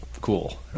cool